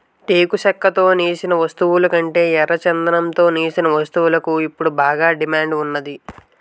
టేకు చెక్కతో సేసిన వస్తువులకంటే ఎర్రచందనంతో సేసిన వస్తువులకు ఇప్పుడు బాగా డిమాండ్ ఉన్నాది